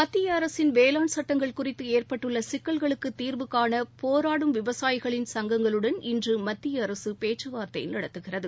மத்திய அரசின் வேளாண் சட்டங்கள் குறிதது ஏற்பட்டுள்ள சிக்கல்களுக்கு தீர்வுகாண போராடும் விவசாயிகளின் சங்கங்களுடன் இன்று மத்திய அரசு பேச்சுவார்த்தை நடத்துகிறது